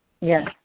Yes